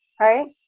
Right